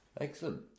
Excellent